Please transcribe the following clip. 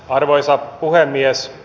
arvoisa puhemies